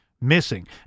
Missing